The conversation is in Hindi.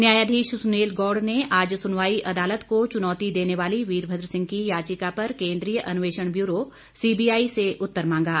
न्यायाधीश सुनील गौड़ ने आज सुनवाई अदालत को चुनौती देने वाली वीरभद्र सिंह की याचिका पर केन्द्रीय अन्वेषण ब्यूरो सीबीआई से उत्तर मांगा